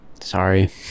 sorry